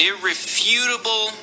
irrefutable